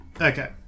Okay